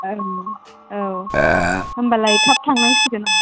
औ औ होनबालाय थाब थांनांसिगोन आं